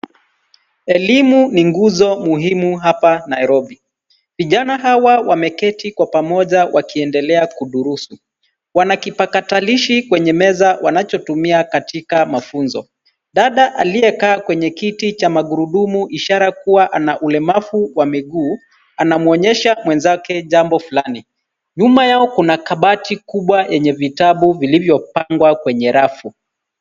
Elimu ni nguzo muhimu hapa NAIROBI. Vijana hawa wameketi kwa pamoja wakiendelea kudurusu. Wanakipakatalishi kwenye meza wanachotumia katika mafunzo. Dada aliyekaa kwenye kiti cha magurudumu ishara kuwa ana ulemavu wa miguu, anamwonyesha mwenzake jambo fulani. Nyuma yao kuna kabati kubwa yenye vitabu vilivyopangwa kwenye rafu.